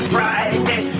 Friday